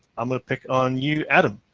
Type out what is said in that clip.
i'm gonna pick on you, adam.